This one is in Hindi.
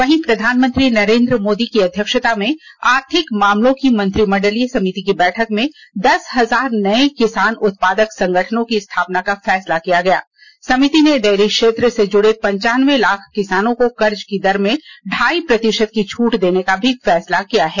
वहीं प्रधानमंत्री नरेंद्र मोदी की अध्यक्षता में आर्थिक मामलों की मंत्रिमंडलीय समिति की बैठक में दस हजार नये किसान उत्पादक संगठनों की स्थापना का फैसला किया गया समिति ने डेयरी क्षेत्र से जुड़े पंचानबे लाख किसानों को कर्ज की दर में ढाई प्रतिशत की छूट देने का भी फैसला किया है